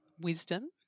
wisdom